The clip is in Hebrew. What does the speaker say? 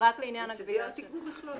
רק לעניין הגבייה --- מצדי אל תגבו בכלל,